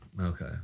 Okay